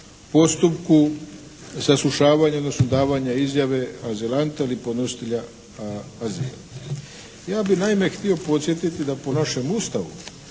postupku saslušavanja, odnosno davanje izjave azilanta ili podnositelja azila. Ja bih naime htio podsjetiti da po našem Ustavu